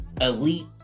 elite